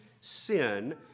sin